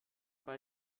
bei